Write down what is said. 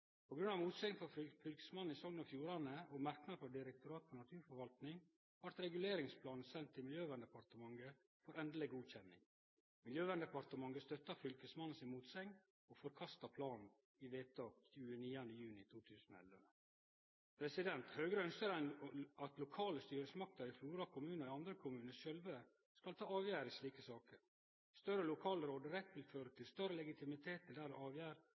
av motsegn frå Fylkesmannen i Sogn og Fjordane og merknader frå Direktoratet for naturforvaltning, blei reguleringsplanen sendt til Miljøverndepartementet for endeleg godkjenning. Miljøverndepartementet støtta Fylkesmannen si motsegn og forkasta planen i vedtak av 29. juni 2011. Høgre ønskjer at lokale styresmakter i Flora kommune og i andre kommunar sjølve skal ta avgjerda i slike saker. Større lokal råderett vil føre til større